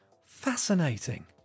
Fascinating